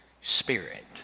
Spirit